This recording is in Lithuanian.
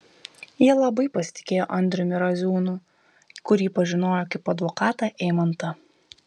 jie labai pasitikėjo andriumi raziūnu kurį pažinojo kaip advokatą eimantą